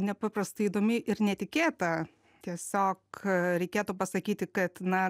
nepaprastai įdomi ir netikėta tiesiog reikėtų pasakyti kad na